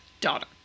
daughter